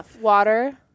Water –